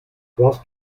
warst